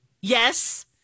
Yes